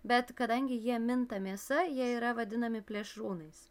bet kadangi jie minta mėsa jie yra vadinami plėšrūnais